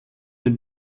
den